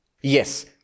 Yes